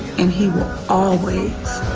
and he will always,